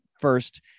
first